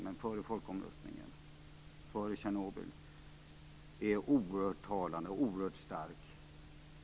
Det var alltså efter Harrisburgolyckan men före folkomröstningen och före Tjernobylolyckan.